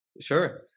Sure